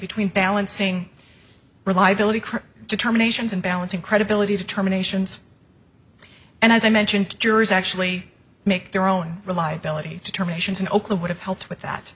between balancing reliability determinations and balancing credibility determinations and as i mentioned juries actually make their own reliability determinations in oakleigh would have helped with that